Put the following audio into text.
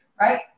Right